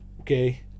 okay